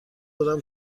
دارم